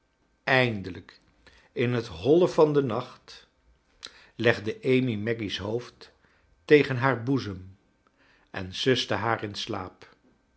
k in het ho lie van den nacht legde amy a ggy s hoofd tegen haar boezem en suste haar in slaap